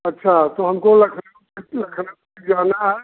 अच्छा तो हमको लखनऊ तक लखनऊ जाना है